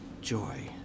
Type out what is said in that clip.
joy